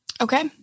Okay